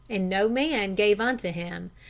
and no man gave unto him,